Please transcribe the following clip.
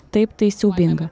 taip tai siaubinga